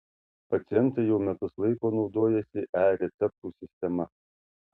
pacientai jau metus laiko naudojasi e receptų sistema